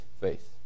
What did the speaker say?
faith